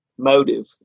Motive